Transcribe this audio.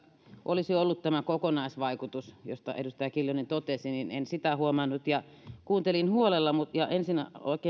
olisi ollut tämä kokonaisvaikutus josta edustaja kiljunen totesi mutta en sitä huomannut kuuntelin huolella ja ensin